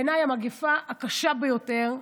בעיניי המגפה הקשה ביותר,